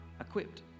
equipped